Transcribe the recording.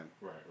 right